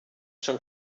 schon